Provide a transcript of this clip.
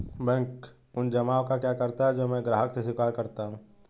Bank उन जमाव का क्या करता है जो मैं ग्राहकों से स्वीकार करता हूँ?